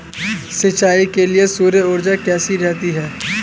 सिंचाई के लिए सौर ऊर्जा कैसी रहती है?